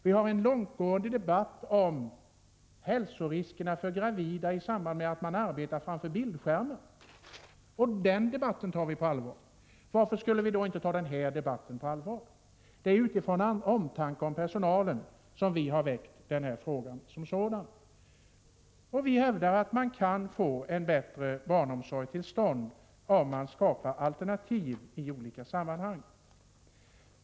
Det förs en långtgående debatt om hälsoriskerna för gravida i samband med arbete framför bildskärm, och den debatten tar vi på allvar. Varför skulle vi då inte ta också den här debatten på allvar? Det är av omtanke om personalen som vi har väckt frågan som sådan. Vi hävdar att det går att få till stånd en bättre barnomsorg, om det skapas alternativ i olika sammanhang.